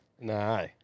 No